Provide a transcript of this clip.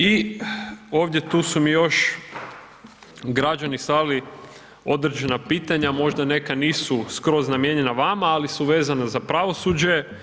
I ovdje tu su mi još građani slali određena pitanja, možda neka nisu skroz namijenjena vama ali su vezana za pravosuđe.